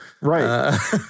Right